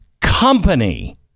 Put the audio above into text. company